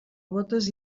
bótes